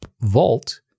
Vault